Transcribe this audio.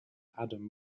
adam